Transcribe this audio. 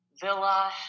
villa